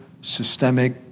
systemic